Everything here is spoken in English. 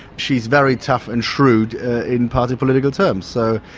she is very tough and shrewd in party political terms. so,